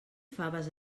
faves